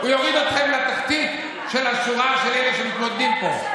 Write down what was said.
הוא יוריד אתכם לתחתית של השורה של אלה שיושבים פה.